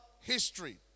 history